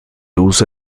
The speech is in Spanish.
usa